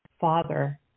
father